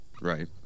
Right